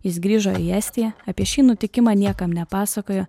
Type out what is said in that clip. jis grįžo į estiją apie šį nutikimą niekam nepasakojo